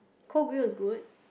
cold brew is good